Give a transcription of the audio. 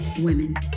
women